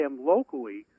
locally